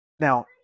Now